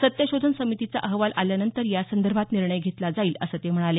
सत्यशोधन समितीचा अहवाल आल्यानंतर यासंदर्भात निर्णय घेतला जाईल असं ते म्हणाले